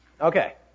Okay